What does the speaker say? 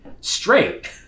straight